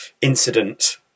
incident